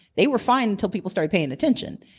they were fine until people started paying attention.